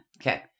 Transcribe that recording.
Okay